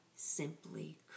simply